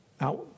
Now